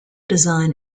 design